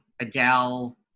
Adele